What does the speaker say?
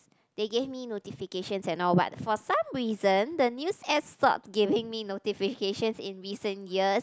they give me notifications and all but for some reason the news apps stop giving me notification in recent years